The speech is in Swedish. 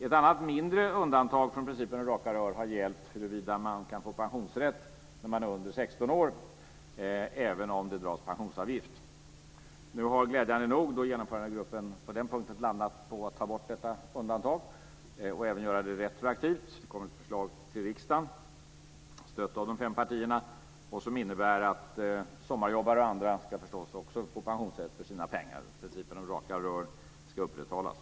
Ett annat, mindre undantag från principen om raka rör har gällt huruvida man kan få pensionsrätt när man är under 16 år även om det dras pensionsavgift. Nu har glädjande nog genomförandegruppen på den punkten landat på att ta bort detta undantag och även göra det retroaktivt. Det kommer ett förslag till riksdagen, stött av de fem partierna, som innebär att sommarjobbare och andra också ska få pensionsrätt för sina pengar. Principen om raka rör ska upprätthållas.